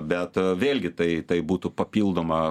bet vėlgi tai tai būtų papildoma